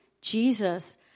Jesus